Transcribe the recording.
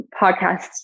podcasts